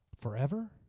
Forever